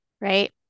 Right